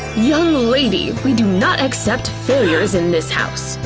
young lady, we do not accept failures in this house!